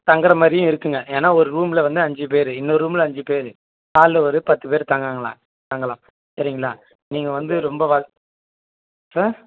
தங்கிற மாதிரியும் இருக்குங்க ஏன்னால் ஒரு ரூமில் வந்து அஞ்சு பேரு இன்னும் ரூமில் அஞ்சு பேர் ஹால்லு ஒரு பத்து பேர் தங்கங்களா தங்கலாம் சரிங்களா நீங்கள் வந்து ரொம்ப வ சார்